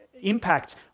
impact